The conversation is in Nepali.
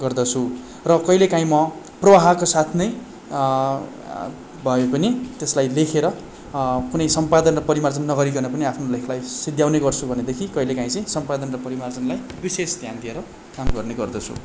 गर्दछु र कहिले काहीँ म प्रवाहको साथ नै भए पनि त्यसलाई लेखेर कुनै सम्पादन र परिमार्जन नगरिकन पनि आफ्नो लेखलाई सिद्ध्याउने गर्छु भनेदेखि कहिले काहीँ चाहिँ सम्पादन र परिमार्जनलाई विशेष ध्यान दिएर काम गर्ने गर्दछु